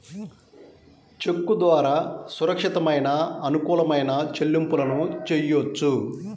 చెక్కు ద్వారా సురక్షితమైన, అనుకూలమైన చెల్లింపులను చెయ్యొచ్చు